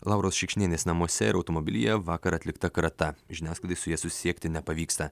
lauros šikšnienės namuose ir automobilyje vakar atlikta krata žiniasklaidai su ja susisiekti nepavyksta